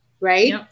right